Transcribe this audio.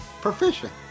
proficient